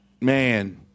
man